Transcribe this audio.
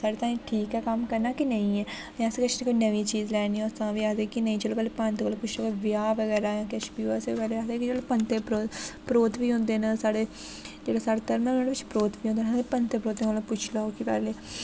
साढ़े ताहीं ठीक ऐ कम्म करना कि नेईं ऐ जां अस किश कोई नमीं चीज़ लैनी होऐ तां बी आखदे कि नेईं चलो पैह्लें पंत कोला पुच्छो कि ब्याह् बगैरा ऐ जां किश बी होऐ आखदे कि चलो पंत परोह्त परोह्त बी होंदे न साढ़े जेह्ड़े साढ़े धर्म ओह्दे बिच परोह्त बी होंदे न कि पंत परोह्ते कोला पुच्छी लैओ कि पैह्लें